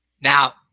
Now